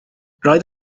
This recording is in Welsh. roedd